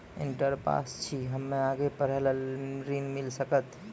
Inter pass छी हम्मे आगे पढ़े ला ऋण मिल सकत?